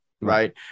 Right